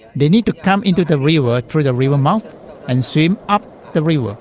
they need to come into the river through the river mouth and swim up the river.